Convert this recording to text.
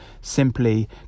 simply